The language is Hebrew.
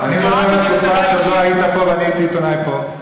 אני מדבר על התקופה שעוד לא היית פה ואני הייתי עיתונאי פה,